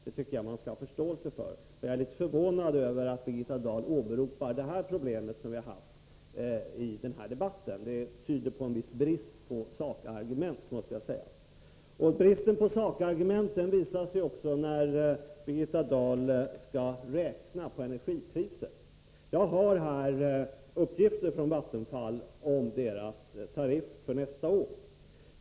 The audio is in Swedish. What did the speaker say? Det tycker jag att man skall ha förståelse för. Jag är litet förvånad över att Birgitta Dahl åberopar detta problem i debatten, det tyder på en viss brist på sakargument, måste jag säga. Bristen på sakargument visas också när Birgitta Dahl skall räkna på energipriser. Jag har här uppgifter från Vattenfall om tariffen för nästa år.